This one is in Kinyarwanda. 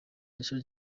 yasoje